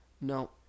no